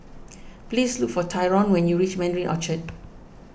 please look for Tyron when you reach Mandarin Orchard